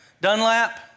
Dunlap